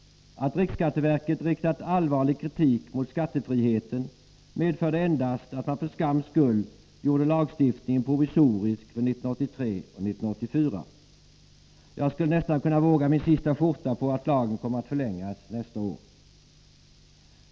Att riksskatteverket riktat allvarlig kritik mot skattefriheten medförde endast att man för skams skull gjorde lagstiftningen provisorisk för 1983 och 1984. Jag skulle nästan kunna våga min sista skjorta på att lagen kommer att förlängas nästa år.